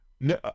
No